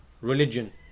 religion